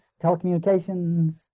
telecommunications